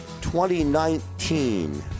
2019